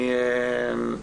אגב,